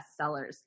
bestsellers